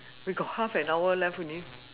we got half an hour left only